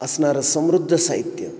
असणारं समृद्ध साहित्य